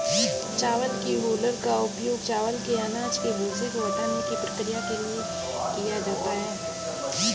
चावल की हूलर का उपयोग चावल के अनाज के भूसे को हटाने की प्रक्रिया के लिए किया जाता है